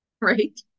right